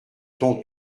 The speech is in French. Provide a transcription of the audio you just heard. ton